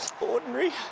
ordinary